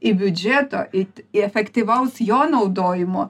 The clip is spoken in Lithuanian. į biudžeto it efektyvaus jo naudojimo